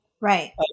Right